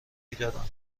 میدادم